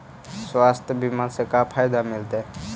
स्वास्थ्य बीमा से का फायदा मिलतै?